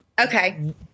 Okay